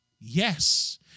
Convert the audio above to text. yes